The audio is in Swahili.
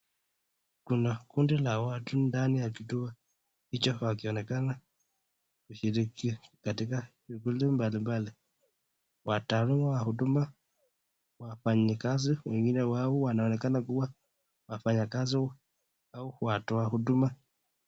Kuna kundi la watu ndani ya kituo hicho wakionekana kushuriki katika kikundi mbalimbali, Watano wahuduma wafanyikazi wengine wao wanaonekana kuwa wafanyikazi hao watu wa huduma.